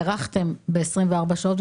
הארכתם ב-24 שעות,